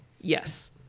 yes